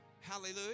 Hallelujah